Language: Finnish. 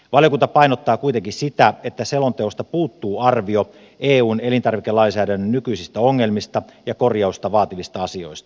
valiokunta painottaa kuitenkin sitä että selonteosta puuttuu arvio eun elintarvikelainsäädännön nykyisistä ongelmista ja korjausta vaativista asioista